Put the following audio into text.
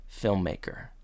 filmmaker